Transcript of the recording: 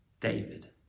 David